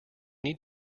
need